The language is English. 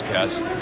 Cast